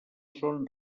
són